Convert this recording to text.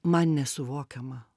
man nesuvokiama